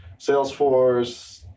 Salesforce